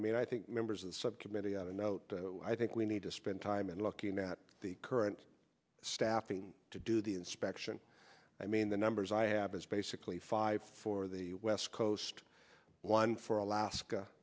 i mean i think members of the subcommittee on a note i think we need to spend time in looking at the current staffing to do the inspection i mean the numbers i have is basically five for the west coast one for alaska